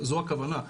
זו הכוונה.